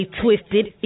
twisted